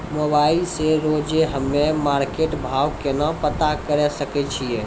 Mobile से रोजे हम्मे मार्केट भाव केना पता करे सकय छियै?